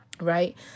right